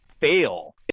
fail